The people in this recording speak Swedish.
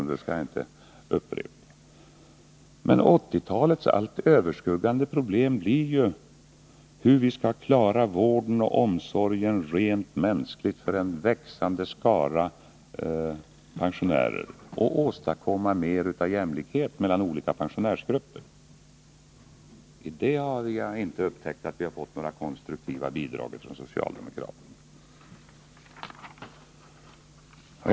Det allt överskuggande problemet under 1980-talet kommer att bli hur vi skall klara en mänsklig vård och omsorg om en växande skara pensionärer samt åstadkomma större jämlikhet mellan olika pensionärsgrupper. På den punkten har jag inte upptäckt några konstruktiva bidrag från socialdemokraterna.